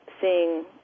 seeing